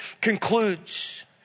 concludes